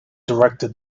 directed